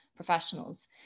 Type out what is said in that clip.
Professionals